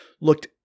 looked